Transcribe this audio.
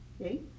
okay